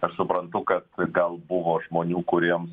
aš suprantu kad gal buvo žmonių kuriems